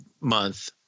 month